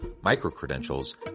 micro-credentials